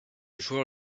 joueur